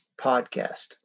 podcast